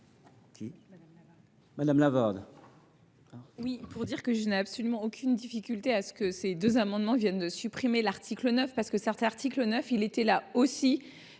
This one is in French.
Madame Lavarde,